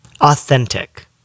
Authentic